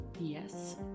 Yes